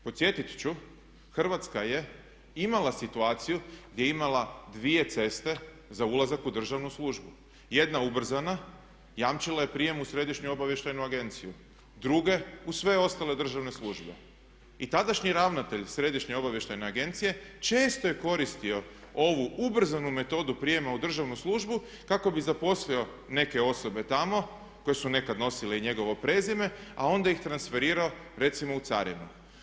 Podsjetit ću, Hrvatska je imala situaciju gdje je imala dvije ceste za ulazak u državnu službu, jedna ubrzana, jamčila je prijem u Središnju obavještajnu agenciju, druge u sve ostale državne službe i tadašnji ravnatelj Središnje obavještajne agencije često je koristio ovu ubrzanu metodu prijema u državnu službu kako bi zaposlio neke osobe tamo koje su nekad nosile njegovo prezime a onda ih transferirao recimo u carinu.